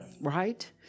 Right